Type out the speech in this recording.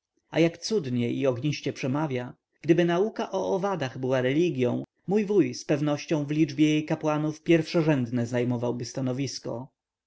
jak cudnie i ogniście przemawia gdyby nauka o owadach była religią mój wuj z pewnością w liczbie jej kapłanów pierwszorzędne zajmowałby stanowisko